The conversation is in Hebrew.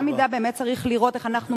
באותה מידה באמת צריך לראות איך אנחנו